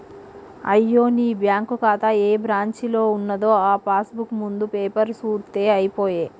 అయ్యో నీ బ్యాంకు ఖాతా ఏ బ్రాంచీలో ఉన్నదో ఆ పాస్ బుక్ ముందు పేపరు సూత్తే అయిపోయే